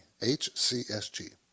HCSG